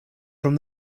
from